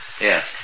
Yes